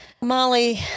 Molly